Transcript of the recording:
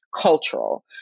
cultural